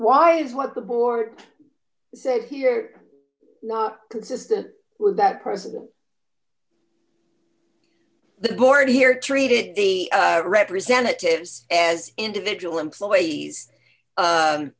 wives what the board said here are consistent with that person the board here treated the representatives as individual employees